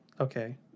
okay